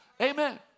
Amen